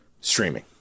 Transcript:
streaming